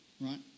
Right